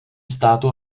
státu